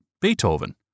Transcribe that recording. Beethoven